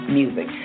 music